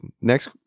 next